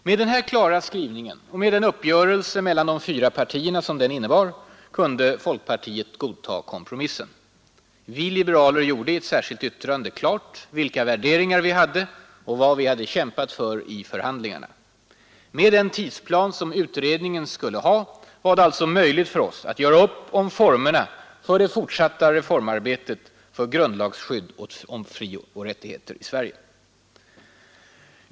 Med den klara skrivningen och den uppgörelse mellan de fyra partierna som den innebar kunde folkpartiet godta kompromissen. Vi liberaler gjorde i ett särskilt yttrande klart vilka värderingar vi hade och vad vi kämpat för i förhandlingarna. Med den tidsplan som utredningen skulle ha var det alltså möjligt att göra upp om formerna för det fortsatta reformarbetet för grundlagsskydd av frioch rättigheter i Sverige.